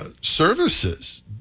services